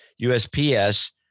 USPS